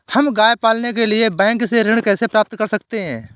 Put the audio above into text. हम गाय पालने के लिए बैंक से ऋण कैसे प्राप्त कर सकते हैं?